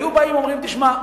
היו באים ואומרים: תשמע,